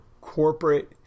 corporate